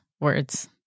words